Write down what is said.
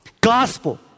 Gospel